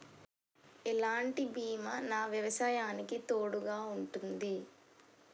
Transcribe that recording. ఎలాంటి బీమా నా వ్యవసాయానికి తోడుగా ఉంటుంది?